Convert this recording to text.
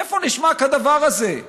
איפה נשמע כדבר הזה?